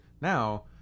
now